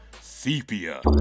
Sepia